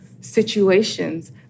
situations